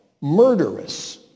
murderous